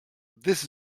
this